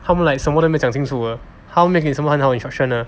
他们 like 什么都没有讲清楚的他们没有给你什么很好的 instructions 的